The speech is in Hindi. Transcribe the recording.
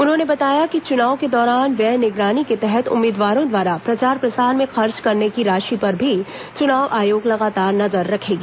उन्होंने बताया कि चुनाव के दौरान व्यय निगरानी के तहत उम्मीदवारों द्वारा प्रचार प्रसार में खर्च करने की राशि पर भी चुनाव आयोग लगातार नजर रखेगी